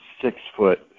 six-foot